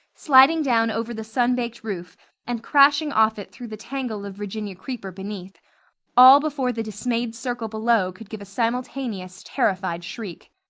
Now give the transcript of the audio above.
sliding down over the sun-baked roof and crashing off it through the tangle of virginia creeper beneath all before the dismayed circle below could give a simultaneous, terrified shriek.